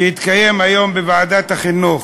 שהתקיים היום בוועדת החינוך.